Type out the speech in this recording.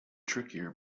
trickier